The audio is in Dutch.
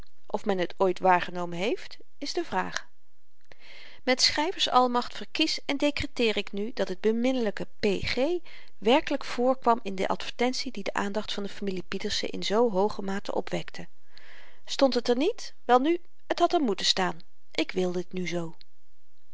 of men t ooit waargenomen heeft is de vraag met schryvers almacht verkies en dekreteer ik nu dat het beminnelyk p g werkelyk voorkwam in de advertentie die de aandacht van de familie pieterse in zoo hooge mate opwekte stond het er niet welnu t had er moeten staan ik wil dit nu zoo